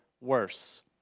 worse